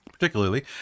Particularly